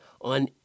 on